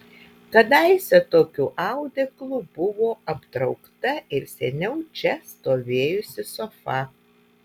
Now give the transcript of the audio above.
kadaise tokiu audeklu buvo aptraukta ir seniau čia stovėjusi sofa